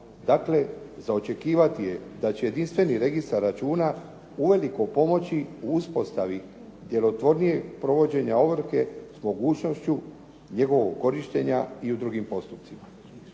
Dakle, za očekivati je da će jedinstveni registar računa uveliko pomoći u uspostavi djelotvornijeg provođenja ovrhe s mogućnošću njegovog korištenja i u drugim postupcima.